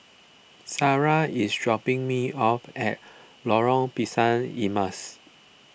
Sara is dropping me off at Lorong Pisang Emas